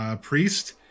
Priest